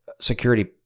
security